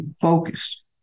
focused